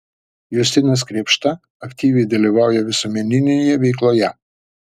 justinas krėpšta aktyviai dalyvauja visuomeninėje veikloje